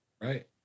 right